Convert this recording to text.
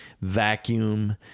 vacuum